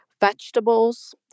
vegetables